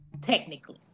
technically